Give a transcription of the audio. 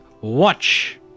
watch